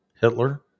Hitler